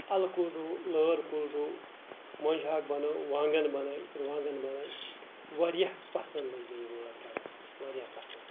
اَلہٕ کُل رُو لٲر کُل رُو مۄنجہِ ہاکھ بَنٲوو وانگن بَنٲو رُوانگن بَنٲوو واریاہ پَسند لٔجۍ مےٚ یہِ وٲر کرٕنۍ واریاہ پَسند